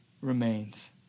remains